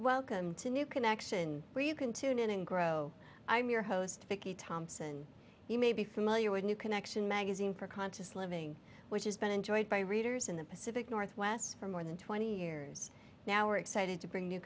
welcome to new connection where you can tune in and grow i'm your host vicky thompson you may be familiar with new connection magazine for conscious living which has been enjoyed by readers in the pacific northwest for more than twenty years now we're excited to bring new